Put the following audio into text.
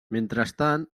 mentrestant